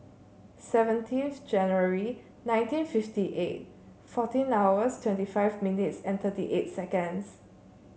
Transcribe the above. seventeenth January nineteen fifty eight fourteen hours twenty five minutes and thirty eight seconds